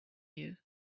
you